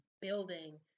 building